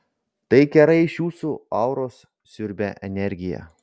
tai kerai iš jūsų auros siurbia energiją